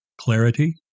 Clarity